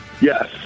Yes